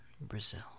Brazil